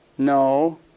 No